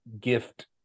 gift